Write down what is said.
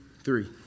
three